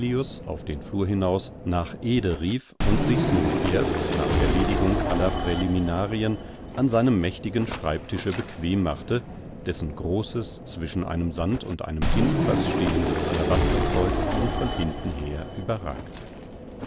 auf den flur hinaus nach ede rief und sich's nun erst nach erledigung aller präliminarien an seinem mächtigen schreibtische bequem machte dessen großes zwischen einem sand und einem tintenfaß stehendes alabasterkreuz ihn von hinten her überragte